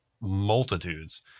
multitudes